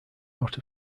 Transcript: out